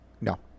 No